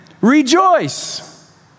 rejoice